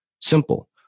Simple